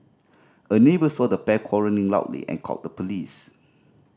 a neighbour saw the pair quarrelling loudly and called the police